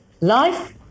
Life